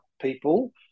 people